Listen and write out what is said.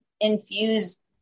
infuse